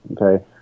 Okay